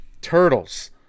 Turtles